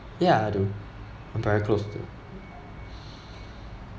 ya I do I'm very close to